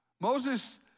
Moses